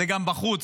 זה גם בחוץ,